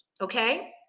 okay